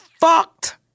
fucked